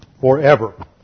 forever